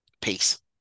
peace